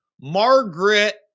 Margaret